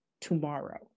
tomorrow